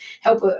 Help